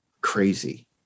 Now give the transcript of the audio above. crazy